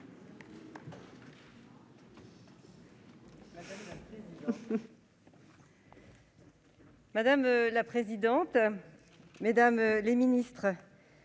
Madame la présidente, mesdames les ministres,